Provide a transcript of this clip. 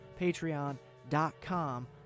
patreon.com